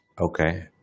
Okay